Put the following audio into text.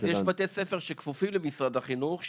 יש בתי ספר שכפופים למשרד החינוך,